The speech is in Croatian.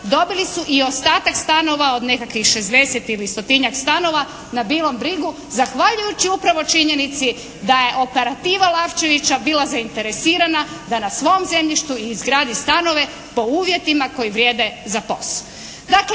dobili su i ostatak stanova od nekakvih 60 ili stotinjak stanova na Bilom brigu zahvaljujući upravo činjenici da je operativa Lavčevića bila zainteresirana da na svom zemljištu izgradi stanove po uvjetima koji vrijede za POS.